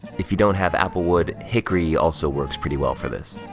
if you don't have applewood, hickory also works pretty well for this.